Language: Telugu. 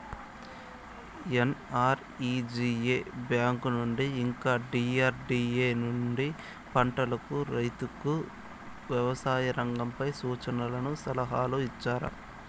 ఎన్.ఆర్.ఇ.జి.ఎ బ్యాంకు నుండి ఇంకా డి.ఆర్.డి.ఎ నుండి పంటలకు రైతుకు వ్యవసాయ రంగంపై సూచనలను సలహాలు ఇచ్చారా